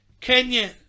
Kenya